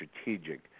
strategic